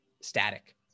static